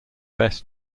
best